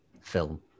film